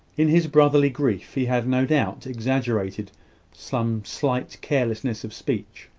in his brotherly grief he had no doubt exaggerated some slight carelessness of speech,